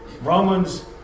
Romans